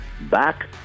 back